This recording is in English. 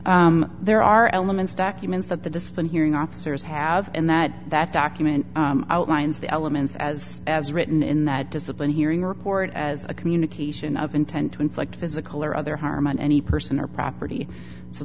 prisons there are elements documents that the discipline hearing officers have in that that document outlines the elements as as written in that discipline hearing report as a communication of intent to inflict physical or other harm on any person or property so